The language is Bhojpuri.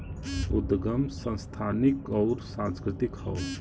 उदगम संस्थानिक अउर सांस्कृतिक हौ